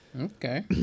Okay